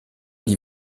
die